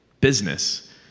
business